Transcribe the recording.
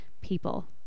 people